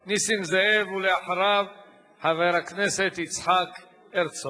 נסים זאב, ואחריו, חבר הכנסת יצחק הרצוג.